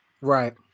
right